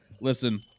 listen